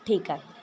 ठीक आहे